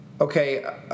Okay